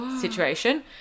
situation